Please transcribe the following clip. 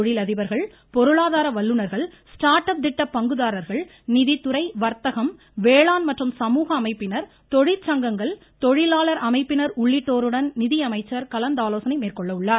தொழிலதிபர்கள் பொருளாதார வல்லுநர்கள் பங்குதாரர்கள் நிதித்துறை வர்த்தகம் வேளாண் மற்றும் சமூக அமைப்பினர் தொழிற்சங்கங்கள் தொழிலாளர் அமைப்பினர் உள்ளிட்டோருடன் நிதியமைச்சர் கலந்து ஆலோசனை மேற்கொள்ள உள்ளார்